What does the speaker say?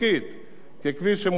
ככביש שמותר לנסוע בו,